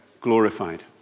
glorified